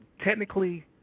technically